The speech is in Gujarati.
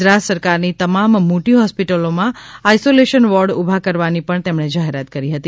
ગુજરાત સરકાર ની તમામ મોટી હોસ્પિટલ માં આઇસોલેશન વોર્ડ ઊભા કરવાની પણ તેમણે જાહેરાત કરી હતી